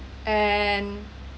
and